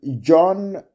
John